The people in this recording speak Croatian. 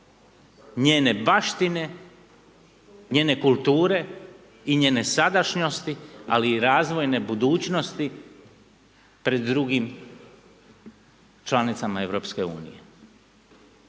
njene baštine, njene kulture i njene sadašnjosti ali i razvojne budućnosti pred drugim članicama EU. Ne